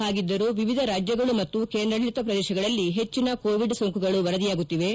ಹಾಗಿದ್ದರೂ ವಿವಿಧ ರಾಜ್ಯಗಳು ಮತ್ತು ಕೇಂದ್ರಾಡಳತ ಪ್ರದೇಶಗಳಲ್ಲಿ ಹೆಚ್ಚನ ಕೋವಿಡ್ ಸೋಂಕುಗಳು ವರದಿಯಾಗುತ್ತಿವೆ